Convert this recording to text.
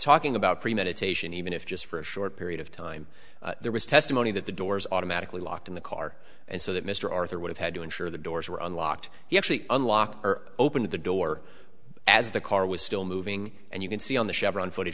talking about premeditation even if just for a short period of time there was testimony that the doors automatically locked in the car and so that mr arthur would have had to ensure the doors were unlocked he actually unlocked or opened the door as the car was still moving and you can see on the